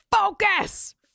Focus